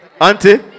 Auntie